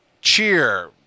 cheer